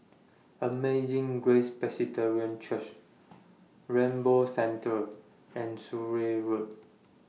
Amazing Grace Presbyterian Church Rainbow Centre and Surin Road